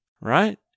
right